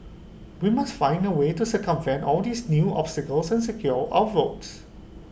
we must find A way to circumvent all these new obstacles and secure our votes